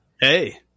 Hey